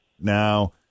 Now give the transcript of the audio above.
now